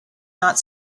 not